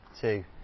Two